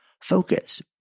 focus